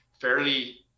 fairly